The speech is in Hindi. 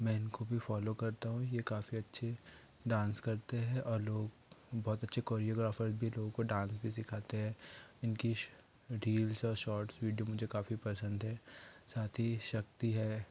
मैं इनको भी फॉलो करता हूँ ये काफ़ी अच्छी डांस करते हैं और लोग बहुत अच्छे कोरियोग्राफर भी लोगों को डांस भी सीखते हैं इनकी इस रील्स और शॉर्ट्स विडिओ मुझे काफ़ी पसंद है साथ ही शक्ति है